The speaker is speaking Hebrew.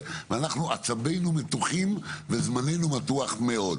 ואנחנו עצבינו מתוחים וזמננו מתוח מאוד.